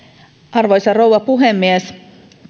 arvoisa rouva puhemies